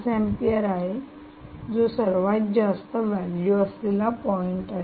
5 ampere आहे जो सर्वात जास्त व्हॅल्यू असलेला पॉईंट आहे